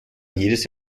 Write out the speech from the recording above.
jedes